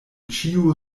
ĉiu